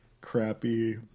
crappy